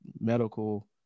medical